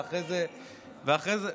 ואחרי זה,